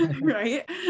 Right